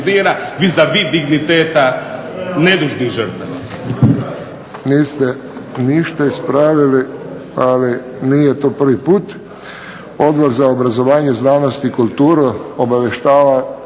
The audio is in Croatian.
Niste ništa ispravili, ali nije to prvi put. Odbor za obrazovanje, znanost i kulturu obavještava